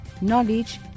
knowledge